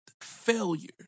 failure